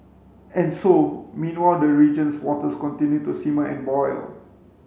and so meanwhile the region's waters continue to simmer and boil